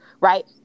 Right